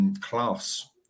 Class